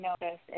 notice